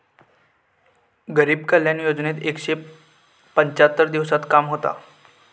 गरीब कल्याण योजनेत एकशे पंच्याहत्तर दिवसांत काम होता